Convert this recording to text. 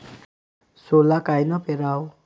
सोला कायनं पेराव?